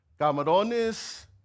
Camarones